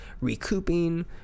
recouping